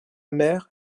mère